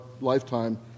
lifetime